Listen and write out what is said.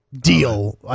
deal